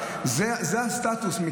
אם